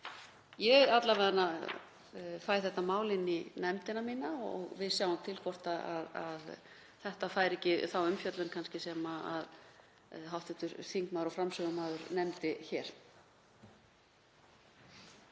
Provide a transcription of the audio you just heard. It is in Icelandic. Ég alla vega fæ þetta mál inn í nefndina mína og við sjáum til hvort þetta fær ekki þá umfjöllun sem hv. þingmaður og framsögumaður nefndi hér.